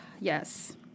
Yes